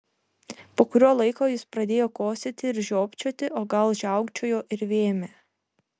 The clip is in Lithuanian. po kurio laiko jis pradėjo kosėti ir žiopčioti o gal žiaukčiojo ir vėmė